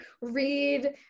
read